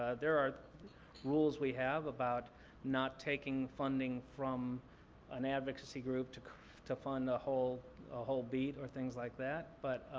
there are rules we have about not taking funding from an advocacy group to to fund a whole ah whole beat or things like that. but